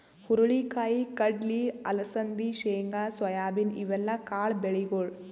ಹುರಳಿ ಕಾಯಿ, ಕಡ್ಲಿ, ಅಲಸಂದಿ, ಶೇಂಗಾ, ಸೋಯಾಬೀನ್ ಇವೆಲ್ಲ ಕಾಳ್ ಬೆಳಿಗೊಳ್